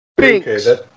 Okay